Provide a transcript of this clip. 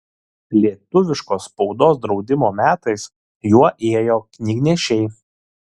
lietuviškos spaudos draudimo metais juo ėjo knygnešiai